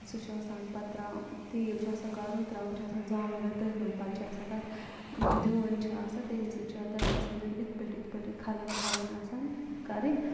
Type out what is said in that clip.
سُہ چھُ آسان پَتہٕ تراوُن تیٖل چھُ آسان کارُن تراوُن چھُ آسان زامُت دۄد تٔتھۍ مَنٛز پَتہٕ چھُ آسان تَتھ دِیُن چھُ آسان تمے سۭتۍ چھُ آسان تَتھ دِیون اِتھ پٲٹھۍ اِتھ پٲٹھۍ کھَلَن کھَلَن آسان کَرٕنۍ